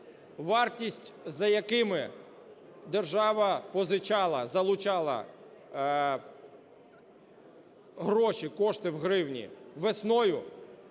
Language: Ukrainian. вартість, за якими держава позичала, залучала гроші, кошти в гривні весною,